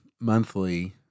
monthly